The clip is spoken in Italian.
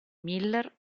miller